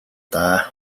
даа